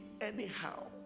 anyhow